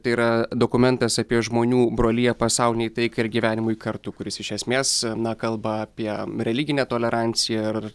tai yra dokumentas apie žmonių broliją pasaulinei taikai ir gyvenimui kartu kuris iš esmės na kalba apie religinę toleranciją ir